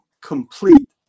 complete